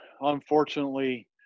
unfortunately